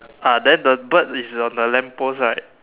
ah then the bird is on the lamp post right